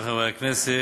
חברי חברי הכנסת,